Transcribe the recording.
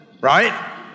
right